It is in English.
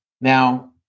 Now